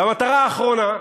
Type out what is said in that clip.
והמטרה האחרונה,